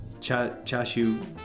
chashu